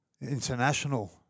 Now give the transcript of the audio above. international